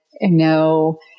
no